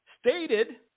stated